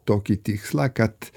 tokį tikslą kad